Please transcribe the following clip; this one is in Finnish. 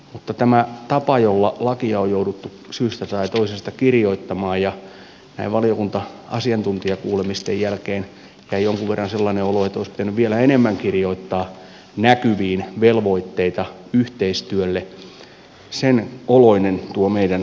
mutta tästä tavasta jolla lakia on jouduttu syystä tai toisesta kirjoittamaan valiokunta asiantuntijakuulemisten jälkeen jäi jonkun verran sellainen olo että olisi pitänyt vielä enemmän kirjoittaa näkyviin velvoitteita yhteistyölle sen oloinen tuo meidän kuulemisemme oli